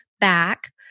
back